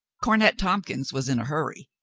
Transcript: cornet tompkins was in a hurry,